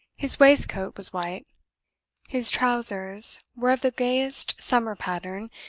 his waistcoat was white his trousers were of the gayest summer pattern,